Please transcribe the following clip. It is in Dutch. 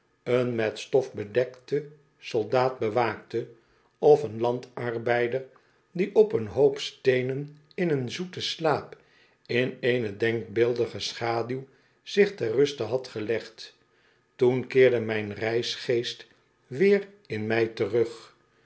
een met stof bedekte soldaat bewaakte of een landarbeider die op een hoop steenen in een zoeten slaap in eene denkbeeldige schaduw zich ter ruste had gelegd toen keerde mijn reisgeest weer in mij terug